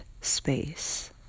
space